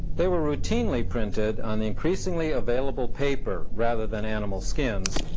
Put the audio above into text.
they were routinely printed on the increasingly available paper, rather than animal skins,